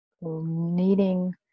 needing